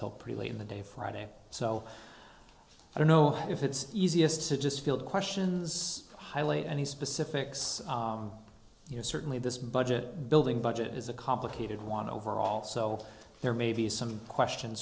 il pretty late in the day friday so i don't know if it's easiest to just field questions highly any specifics you know certainly this budget building budget is a complicated one overall so there may be some questions